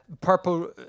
Purple